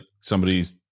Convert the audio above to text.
somebody's